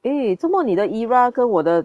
eh 做么你的 era 跟我的